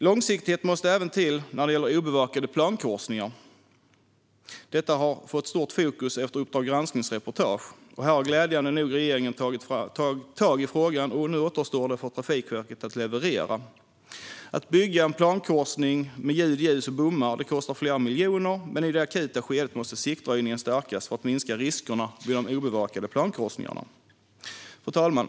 Långsiktighet måste även till när det gäller obevakade plankorsningar. Detta har fått stort fokus efter Uppdrag gransknings reportage. Här har glädjande nog regeringen tagit tag i frågan, och nu återstår det för Trafikverket att leverera. Att bygga en plankorsning med ljud, ljus och bommar kostar flera miljoner, men i det akuta skedet måste siktröjningen stärkas för att minska riskerna vid de obevakade plankorsningarna. Fru talman!